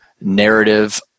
narrative